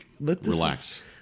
Relax